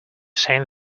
same